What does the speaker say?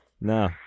No